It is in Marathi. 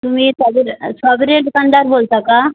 तुम्ही सॉबेरीयर दुकानदार बोलता का